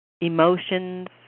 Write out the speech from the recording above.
emotions